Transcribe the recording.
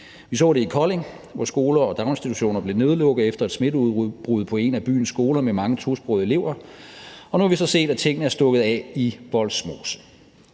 Vi så det i Kolding, hvor skoler og daginstitutioner blev lukket ned efter et smitteudbud på en af byens skoler med mange tosprogede elever. Og nu har vi så set, at tingene er stukket af i Vollsmose.